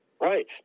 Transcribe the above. Right